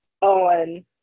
on